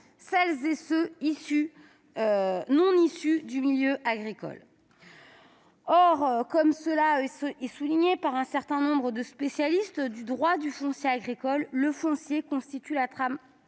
les " non-issus du milieu agricole "». Or, comme le soulignent un certain nombre de spécialistes du droit du foncier agricole, le foncier constitue la trame